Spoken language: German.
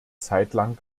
zeitlang